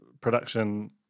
production